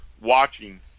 watching